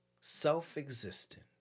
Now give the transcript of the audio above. self-existent